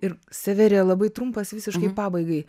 ir severija labai trumpas visiškai pabaigai